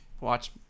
watch